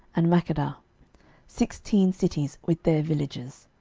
and makkedah sixteen cities with their villages